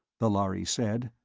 the lhari said.